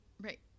Right